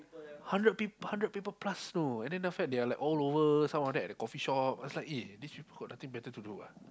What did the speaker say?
hundred peop~ hundred people plus know and then the fact they are all over some of them at the coffeeshop I was like eh these people got nothing better to do ah